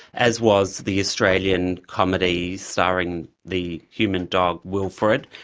as was the australian comedy starring the human dog, wilfred.